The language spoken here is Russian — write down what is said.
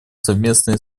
совместное